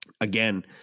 again